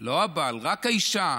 לא הבעל, רק האישה,